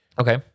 okay